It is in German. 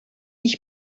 ich